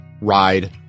ride